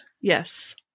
Yes